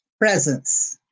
presence